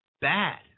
bad